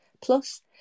Plus